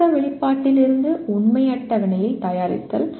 தர்க்க வெளிப்பாட்டிலிருந்து உண்மை அட்டவணையைத் தயாரித்தல்